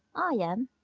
i am.